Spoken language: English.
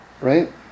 Right